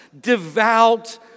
devout